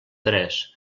tres